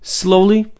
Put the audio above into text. slowly